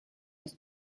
was